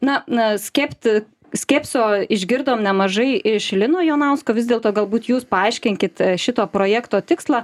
na na kepti skepsio išgirdom nemažai iš lino jonausko vis dėlto galbūt jūs paaiškinkit šito projekto tikslą